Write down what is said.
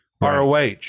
ROH